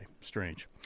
Strange